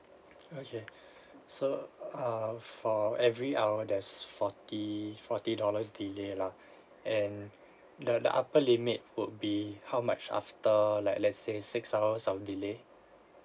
okay so err for every hour that's forty forty dollars delay lah and the the upper limit would be how much after like let's say six hours of delay